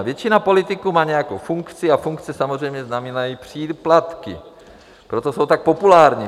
Většina politiků má nějakou funkci a funkce samozřejmě znamenají příplatky, proto jsou tak populární.